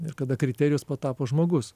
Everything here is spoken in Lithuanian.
ir kada kriterijus patapo žmogus